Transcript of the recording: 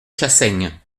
chassaigne